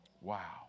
Wow